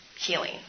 healing